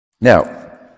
Now